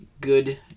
good